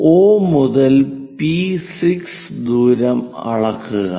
O മുതൽ P6 ദൂരം അളക്കുക